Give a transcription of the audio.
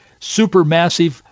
supermassive